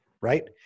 right